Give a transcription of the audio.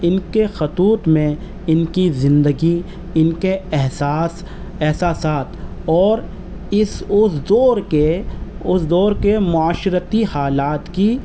ان کے خطوط میں ان کی زندگی ان کے احساس احساسات اور اس اس دور کے اس دور کے معاشرتی حالات کی